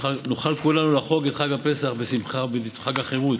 ושנוכל כולנו לחוג את חג הפסח, את חג החירות,